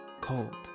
cold